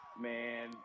Man